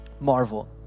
marvel